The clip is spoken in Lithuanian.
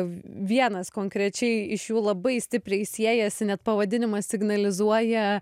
vienas konkrečiai iš jų labai stipriai siejasi net pavadinimas signalizuoja